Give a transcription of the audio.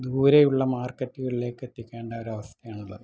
ദൂരെയുള്ള മാർക്കറ്റുകളിലേക്ക് എത്തിക്കേണ്ട ഒരവസ്ഥയാണുള്ളത്